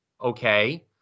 okay